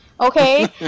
Okay